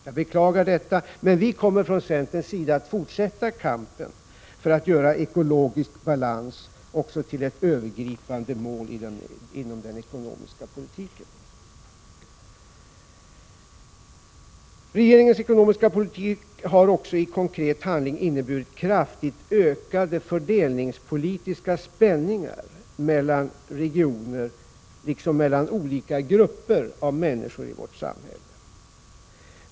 Jag beklagar det. Men vi kommer från centern att fortsätta kampen för att göra också ekologisk balans till ett övergripande mål inom den ekonomiska politiken. Regeringens ekonomiska politik har i konkret handling inneburit kraftigt ökade fördelningspolitiska spänningar mellan regioner liksom mellan olika grupper av människor i vårt samhälle.